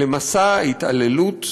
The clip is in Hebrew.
למסע ההתעללות